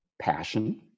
passion